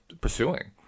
pursuing